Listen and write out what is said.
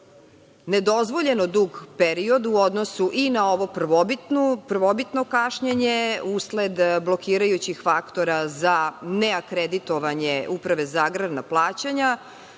nedozvoljeno dug period u odnosu i na ovo prvobitno kašnjenje usled blokirajućih faktora za neakreditovanje Uprave za agrarna plaćanja.